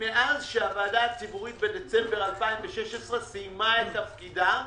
מאז שהוועדה הציבורית בדצמבר 2016 סיימה תפקידה.